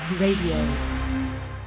Radio